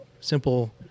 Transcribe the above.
simple